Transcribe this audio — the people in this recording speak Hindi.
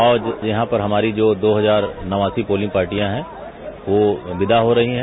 आज यहां पर हमारी दो हजार नवासी पोलिंग पार्टियॉ हैं वो विदा हो रही हैं